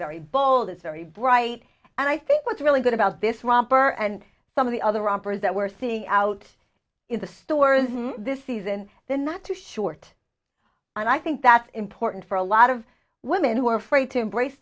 very bold it's very bright and i think what's really good about this romper and some of the other operas that we're seeing out in the stores now this season they're not too short and i think that's important for a lot of women who are afraid to embrace